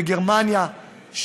בגרמניה,